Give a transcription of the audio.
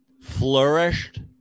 flourished